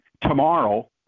tomorrow